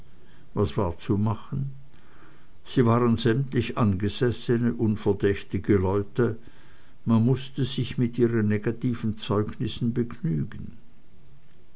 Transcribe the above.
was war zu machen sie waren sämtlich angesessene unverdächtige leute man mußte sich mit ihren negativen zeugnissen begnügen